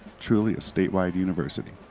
truly a statewide university.